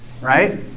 right